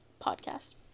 podcast